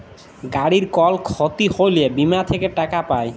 গাড়ির কল ক্ষতি হ্যলে বীমা থেক্যে টাকা পায়